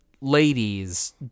ladies